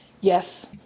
Yes